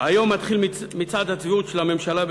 היום מתחיל מצעד הצביעות של הממשלה בישראל,